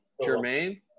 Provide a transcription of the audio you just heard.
Jermaine